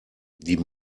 die